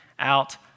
out